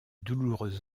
douloureux